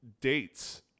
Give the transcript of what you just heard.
dates